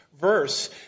verse